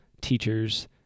teachers